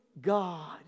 God